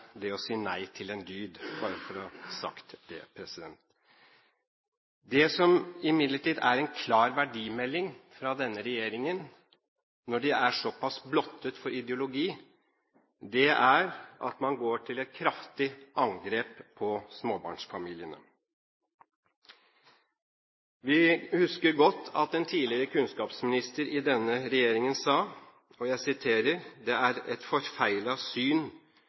si nei til en dyd, bare for å få sagt det. Det som imidlertid er en klar verdimelding fra denne regjeringen – når den er såpass blottet for ideologi – er at den går til et kraftig angrep på småbarnsfamiliene. Vi husker godt at en tidligere kunnskapsminister i denne regjeringen sa at det er et forfeilet syn